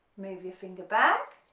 move your finger back,